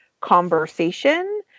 conversation